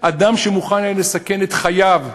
אדם שהיה מוכן לסכן את חייו,